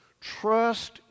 Trust